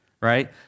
right